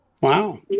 Wow